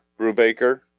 Brubaker